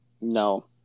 No